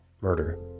murder